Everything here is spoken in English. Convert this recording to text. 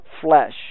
flesh